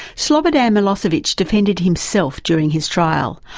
slobodan milosevic defended himself during his trial.